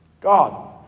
God